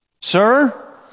Sir